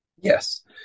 Yes